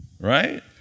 Right